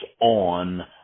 on